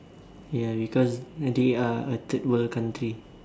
ya because they are a third world country